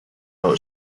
朋友